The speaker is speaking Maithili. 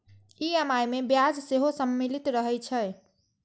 ई.एम.आई मे ब्याज सेहो सम्मिलित रहै छै